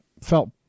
felt